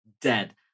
dead